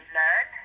learn